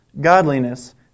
godliness